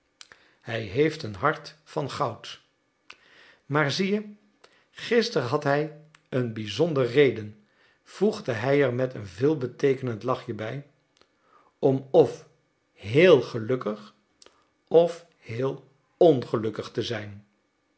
hij heeft een hart van goud maar zie je gisteren had hij een bizondere reden voegde hij er met een veelbeteekenend lachje bij om f heel gelukkig f heel ongelukkig te zijn